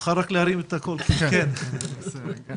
בכל זאת,